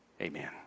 Amen